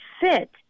fit